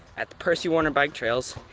at the percy warner bike trails,